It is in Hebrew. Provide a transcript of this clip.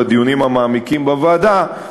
בדיונים המעמיקים בוועדה,